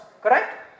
correct